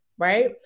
Right